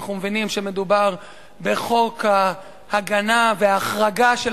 אנחנו מבינים שמדובר בחוק ההגנה וההחרגה של